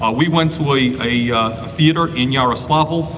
ah we went to a a yeah theater in yaroslavl,